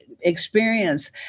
experience